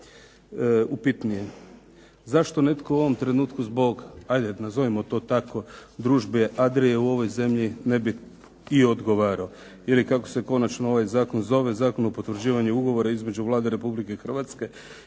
upitnije. Zašto netko u ovom trenutku zbog, ajde nazovimo to tako, "Družbe Adrie" u ovoj zemlji ne bi i odgovarao ili kako se konačno ovaj zakon zove Zakon o potvrđivanju Ugovora između Vlade Republike Hrvatske